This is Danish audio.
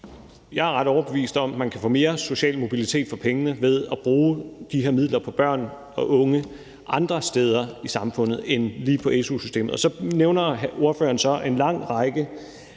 er jeg ret overbevist om, at man kan få mere social mobilitet for pengene ved at bruge de her midler på børn og unge andre steder i samfundet end lige på su-systemet. Så nævner ordføreren så en lang række